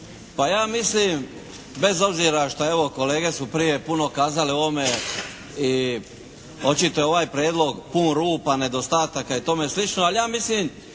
Pa ja mislim, bez obzira šta je evo kolege su puno prije kazale o ovome i očito je ovaj prijedlog pun rupa, nedostataka i tome slično, ali ja mislim